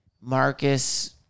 Marcus